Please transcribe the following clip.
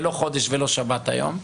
ולא חודש ולא שבת היום,